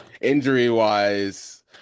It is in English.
injury-wise